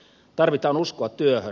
tarvitaan uskoa työhön